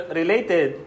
related